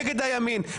נגד הימין?